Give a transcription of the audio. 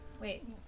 Wait